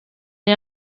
est